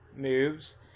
moves